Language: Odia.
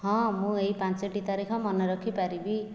ହଁ ମୁଁ ଏଇ ପାଞ୍ଚଟି ତାରିଖ ମନେରଖିପାରିବି